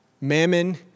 Mammon